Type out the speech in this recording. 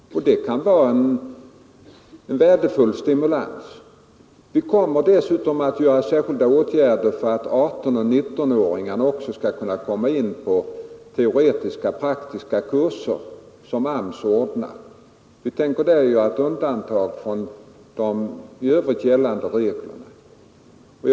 Det kan vara en värdefull stimulans. Vi kommer dessutom att vidta särskilda åtgärder för att artonoch nittonåringarna också skall komma in på teoretiska och praktiska kurser som AMS anordnar. Vi tänker där göra ett undantag från de i övrigt gällande reglerna.